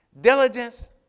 diligence